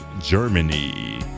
Germany